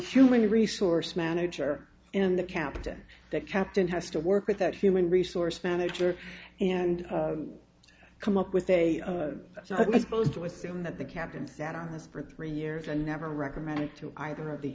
human resource manager and the captain that captain has to work with that human resource manager and come up with a post with him that the captain sat on this for three years and never recommended to either of the